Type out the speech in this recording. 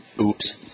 Oops